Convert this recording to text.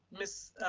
ms.